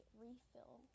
refill